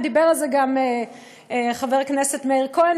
ודיבר על זה גם חבר הכנסת מאיר כהן,